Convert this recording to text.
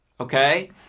Okay